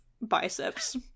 biceps